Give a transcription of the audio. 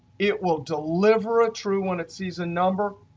it will deliver a true when it sees a number,